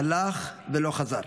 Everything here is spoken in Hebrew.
הלך ולא חזר.